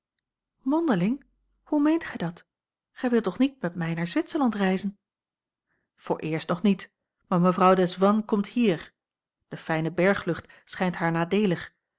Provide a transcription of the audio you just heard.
mondeling hoe meent gij dit gij wilt toch niet met mij naar zwitserland reizen vooreerst nog niet maar mevrouw desvannes komt hier de fijne berglucht schijnt haar nadeelig